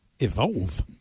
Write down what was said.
Evolve